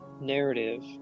narrative